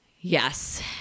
Yes